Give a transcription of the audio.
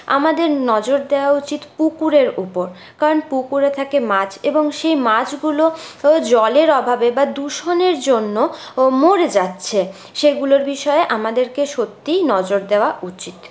আমাদের নজর দেওয়া উচিত পুকুরের উপর কারণ পুকুরে থাকে মাছ এবং সেই মাছগুলো জলের অভাবে বা দূষণের জন্য মরে যাচ্ছে সেগুলোর বিষয়ে আমাদেরকে সত্যিই নজর দেওয়া উচিত